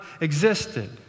existed